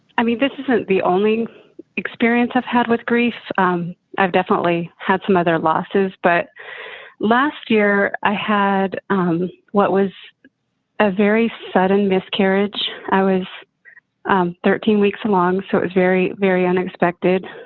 i mean, this isn't the only experience i've had with grief um i've definitely had some other losses. but last year i had um what was a very sudden miscarriage. i was um thirteen weeks along. so it's very, very unexpected.